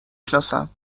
سناسم